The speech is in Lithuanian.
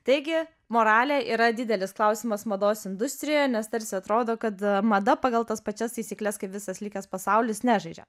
taigi moralė yra didelis klausimas mados industrijoje nes tarsi atrodo kad mada pagal tas pačias taisykles kaip visas likęs pasaulis nežaidžia